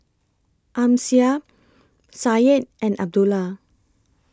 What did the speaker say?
Amsyar Syed and Abdullah